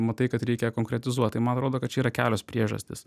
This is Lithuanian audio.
matai kad reikia konkretizuot tai man atrodo kad čia yra kelios priežastys